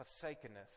forsakenness